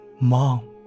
Mom